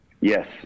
Yes